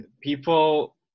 People